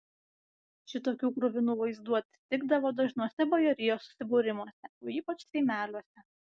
šitokių kruvinų vaizdų atsitikdavo dažnuose bajorijos susibūrimuose o ypač seimeliuose